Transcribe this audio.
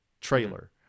trailer